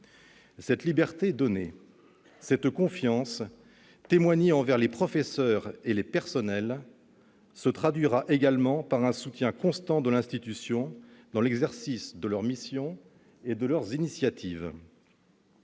Cette liberté donnée et cette confiance témoignée envers les professeurs et les personnels se traduiront également par un soutien constant de l'institution dans l'exercice de leurs missions et dans leurs initiatives.